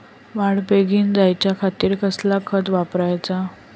वाढ बेगीन जायच्या खातीर कसला खत वापराचा?